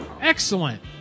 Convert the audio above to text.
Excellent